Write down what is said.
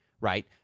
right